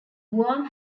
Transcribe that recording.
guam